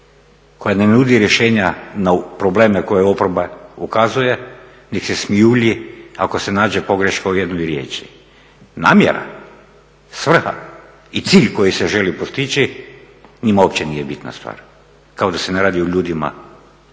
koja ne nudi rješenja na problem na koje oporba ukazuje nego se smijulji ako se nađe pogreška u jednoj riječi. Namjera, svrha i cilj koji se želi postići njima uopće nije bitna stvar, kao da se ne radi o ljudima koji